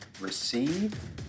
receive